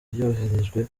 yoherejwe